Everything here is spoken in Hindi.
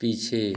पीछे